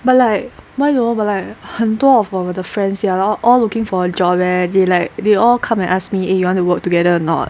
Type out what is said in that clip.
but like why though but like 很多 for 我我的 friends they all all looking for a job leh they like they all come and ask me eh you want to work together or not